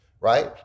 Right